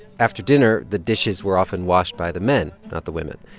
after dinner, the dishes were often washed by the men, not the women,